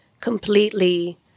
completely